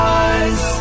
eyes